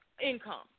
income